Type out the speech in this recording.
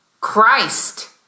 Christ